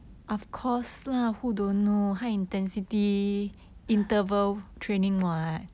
ah